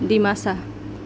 Dimasa